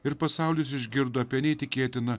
ir pasaulis išgirdo apie neįtikėtiną